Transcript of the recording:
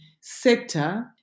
sector